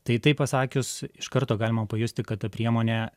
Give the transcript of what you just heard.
tai tai pasakius iš karto galima pajusti kad ta priemonė